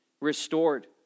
restored